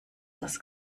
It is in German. das